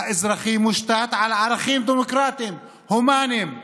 האזרחי מושתת על ערכים דמוקרטיים, הומניים,